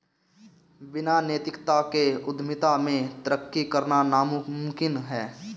बिना नैतिकता के उद्यमिता में तरक्की करना नामुमकिन है